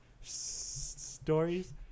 stories